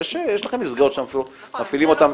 יש לכם מסגרות שאתם מפעילים אותם --- נכון,